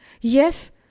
Yes